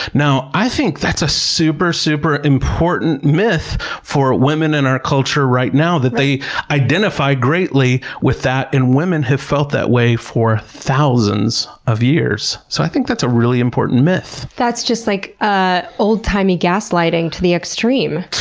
now, i think that's a super, super important myth for women in our culture right now, that they identify greatly with that, and women have felt that way for thousands of years. so i think that's a really important myth. that's just like an ah old-timey gaslighting to the extreme.